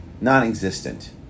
non-existent